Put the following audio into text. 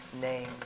name